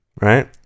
Right